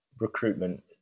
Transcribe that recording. recruitment